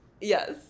Yes